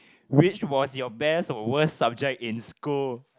which was your best or worst subject in school